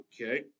okay